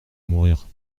mourir